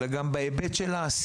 אלא גם בהיבט של העשייה,